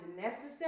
necessary